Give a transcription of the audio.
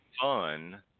fun